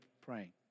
praying